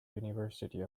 university